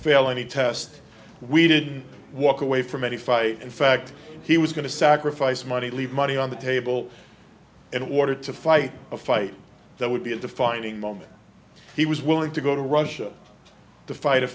fail any test we didn't walk away from any fight in fact he was going to sacrifice money to leave money on the table in order to fight a fight that would be a defining moment he was willing to go to russia to fight a